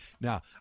Now